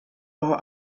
all